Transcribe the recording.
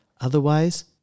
otherwise